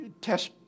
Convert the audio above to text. test